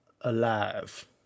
alive